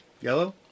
Yellow